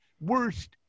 Worst